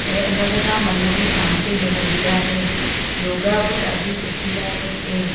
ऐं हिन ख सां मन जी शांति मिलंदी आहे योगा बि ॾाढी सुठी आहे कि